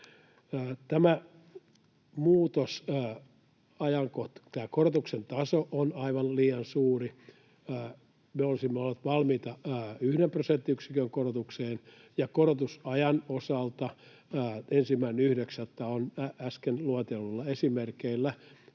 Tämä korotuksen taso on aivan liian suuri. Me olisimme olleet valmiita yhden prosenttiyksikön korotukseen. Korotusajan osalta 1.9. on äsken luetelluilla esimerkeillä